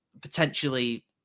potentially